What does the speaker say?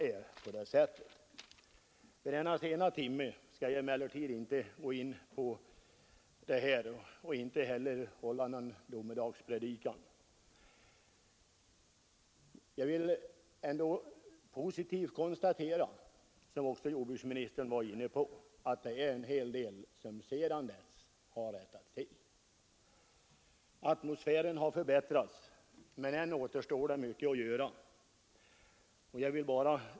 I denna sena timme skall jag emellertid inte gå närmare in på detta och inte heller skall jag hålla någon domedagspredikan. Jag vill ändå konstatera vad också jordbruksministern var inne på, nämligen att en hel del sedan dess har rättats till, och det finner jag vara positivt. Atmosfären har förbättrats, men ännu återstår mycket att göra.